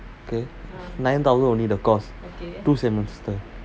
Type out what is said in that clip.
okay nine thousand only the course okay two semester